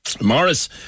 Morris